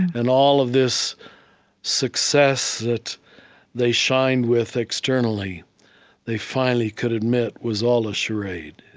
and all of this success that they shined with externally they finally could admit was all a charade.